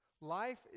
life